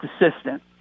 assistant